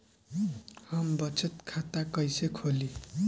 हम बचत खाता कईसे खोली?